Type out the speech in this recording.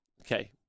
okay